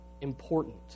important